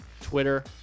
Twitter